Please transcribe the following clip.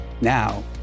Now